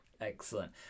Excellent